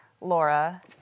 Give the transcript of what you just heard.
Laura